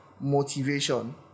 motivation